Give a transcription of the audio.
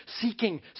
seeking